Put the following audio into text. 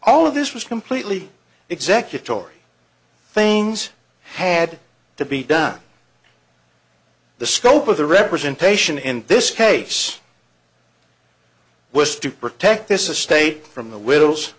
all of this was completely executive ory things had to be done the scope of the representation in this case was to protect this estate from the wi